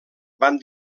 van